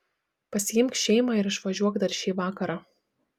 pasiimk šeimą ir išvažiuok dar šį vakarą